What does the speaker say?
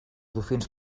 dofins